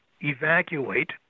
evacuate